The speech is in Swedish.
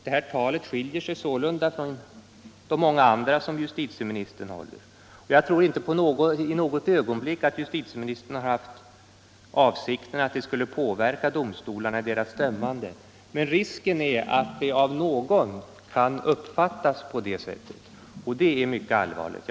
Det här talet skiljer sig sålunda från de många andra som justitieministern håller. Jag tror inte för ett ögonblick att justitieministern har haft för avsikt att talet skall påverka domarna i deras dömande, men risken är att det av någon kan uppfattas på det sättet, och det är mycket allvarligt.